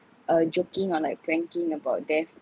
uh joking orl ike pranking about death